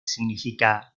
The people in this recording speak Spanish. significa